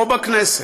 פה בכנסת,